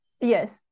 yes